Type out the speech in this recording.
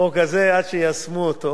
החוק הזה, עד שיישמו אותו.